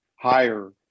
higher